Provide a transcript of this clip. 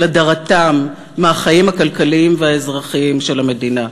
הדרתם מהחיים הכלכליים והאזרחיים של המדינה.